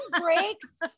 breaks